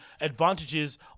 advantages